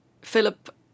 Philip